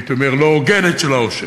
הייתי אומר: לא הוגנת של העושר.